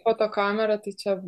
fotokamera tai čia